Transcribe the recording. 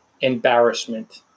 embarrassment